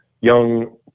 young